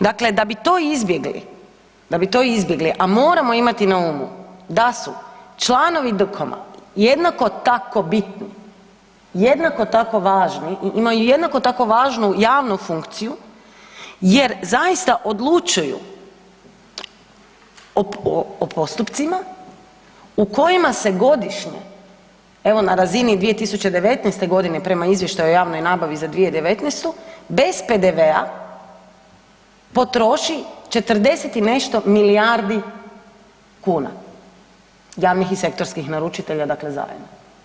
Dakle, da bi to izbjegli, da bi to izbjegli, a moramo imati na umu da su članovi DKOM-a jednako tako bitni, jednako tako važni i imaju jednako tako važnu javnu funkciju jer zaista odlučuju o postupcima u kojima se godišnje, evo na razini 2019.g., prema Izvještaju o javnoj nabavi za 2019. bez PDV-a potroši 40 i nešto milijardi kuna, javnih i sektorskih naručitelja dakle zajedno.